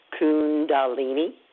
kundalini